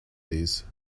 these